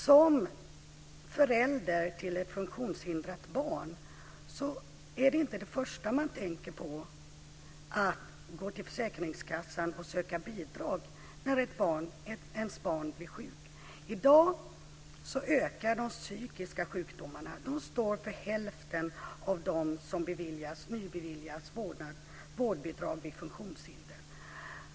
Som förälder till ett funktionshindrat barn är det inte det första man tänker på att gå till försäkringskassan och söka bidrag när ens barn blir sjukt. I dag ökar antalet psykiskt sjuka. De står för hälften av dem som nybeviljas vårdbidrag vid funktionshinder.